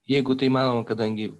jeigu tai įmanoma kadangi